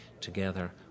together